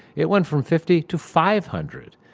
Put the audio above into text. it went from fifty to five hundred,